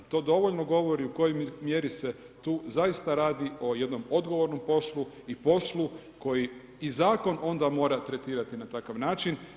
To dovoljno govori u kojoj mjeri se tu zaista radi o jednom odgovornom poslu i poslu koji i zakon onda mora tretirati na takav način.